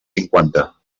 cinquanta